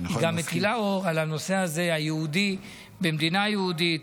היא גם מטילה אור על הנושא הזה היהודי במדינה יהודית.